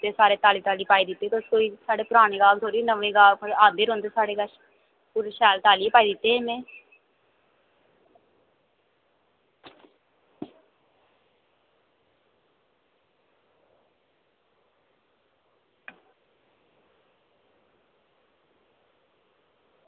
ते सारी ताली ताली पाई दित्ती ते तुस कोई पराने गाह्क थोह्ड़ी साढ़े नमें गाह्क औंदे रौंह्दे साढ़े कोल तुसें ई शैल पाइयै दित्ते में